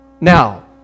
Now